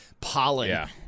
pollen